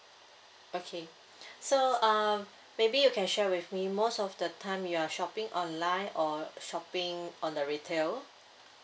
okay so uh maybe you can share with me most of the time you're shopping online or shopping on the retail